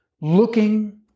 looking